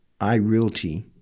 iRealty